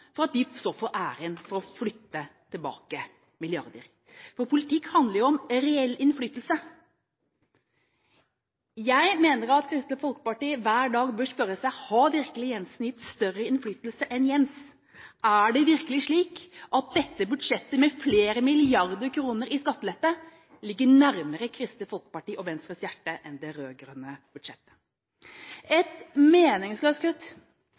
for at de så får æren for å flytte tilbake milliarder, for politikk handler jo om reell innflytelse. Jeg mener at Kristelig Folkeparti hver dag bør spørre seg: Har virkelig Jensen gitt større innflytelse enn Jens? Er det virkelig slik at dette budsjettet med flere milliarder kroner i skattelette ligger nærmere Kristelig Folkeparti og Venstres hjerte enn det rød-grønne budsjettet? Et meningsløst kutt